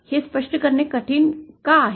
हे स्पष्ट करणे कठीण का आहे